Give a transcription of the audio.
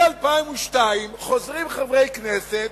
מ-2002 חוזרים חברי כנסת,